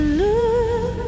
look